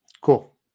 Cool